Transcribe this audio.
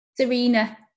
Serena